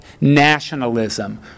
nationalism